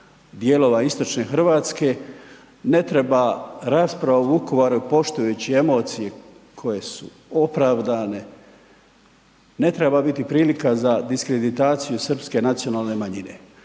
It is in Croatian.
dijelova istočne Hrvatske. Ne treba rasprava o Vukovaru, poštujući emocije koje su opravdane, ne treba biti prilika za diskreditaciju srpske nacionalne manjine.